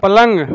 पलङ्ग